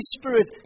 Spirit